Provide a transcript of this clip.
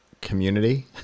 community